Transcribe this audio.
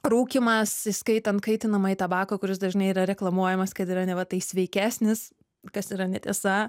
rūkymas įskaitant kaitinamąjį tabaką kuris dažnai yra reklamuojamas kad yra neva tai sveikesnis kas yra netiesa